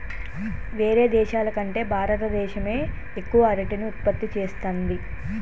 వేరే దేశాల కంటే భారత దేశమే ఎక్కువ అరటిని ఉత్పత్తి చేస్తంది